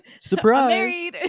Surprise